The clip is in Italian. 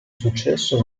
successo